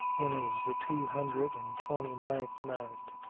when it was the two hundred and twenty-ninth night,